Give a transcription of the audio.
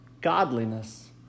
godliness